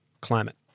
climate